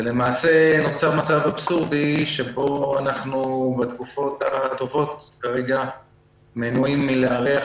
למעשה נוצר מצב אבסורדי שבו אנחנו בתקופות הטובות כרגע מנועים מלארח,